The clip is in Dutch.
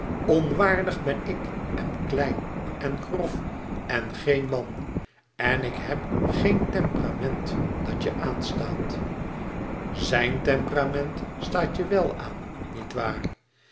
onwaardig ben ik en klein en grof en geen man en ik heb geen temperament dat je aanstaat zijn temperament staat je wel aan